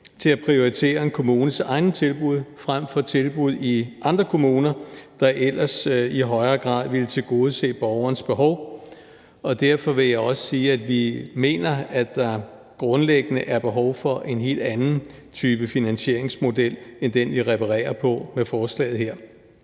til at prioritere en kommunes egne tilbud frem for tilbud i andre kommuner, der ellers i højere grad ville tilgodese borgerens behov. Og derfor vil jeg også sige, at vi mener, at der grundlæggende er behov for en helt anden type finansieringsmodel end den, vi reparerer på med forslaget her.